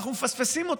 אנחנו מפספסים אותם.